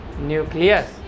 nucleus